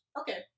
Okay